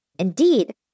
Indeed